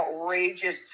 outrageous